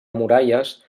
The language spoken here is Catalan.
muralles